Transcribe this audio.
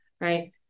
right